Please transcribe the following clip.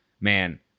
Man